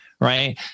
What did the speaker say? right